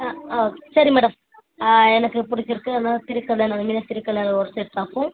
ஆ ஆ சரி மேடம் ஆ எனக்குப் பிடிச்சிருக்கு அந்த திருக்கல்யாணம் மீனாட்சி திருக்கல்யாணம் ஒரு செட்டாகும்